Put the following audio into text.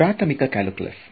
ಇದು ಪ್ರಾಥಮಿಕ ಕಲ್ಕ್ಯುಲಸ್